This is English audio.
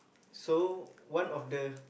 so one of the